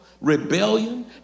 Rebellion